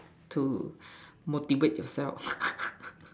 to motivate yourself